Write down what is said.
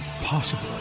possible